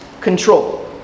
control